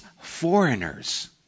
foreigners